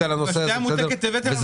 בשתייה הממותקת הבאתם השוואות ממדינות אחרות.